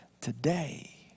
today